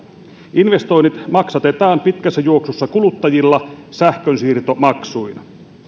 investoinnit maksatetaan pitkässä juoksussa kuluttajilla sähkönsiirtomaksuina